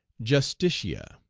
justitia.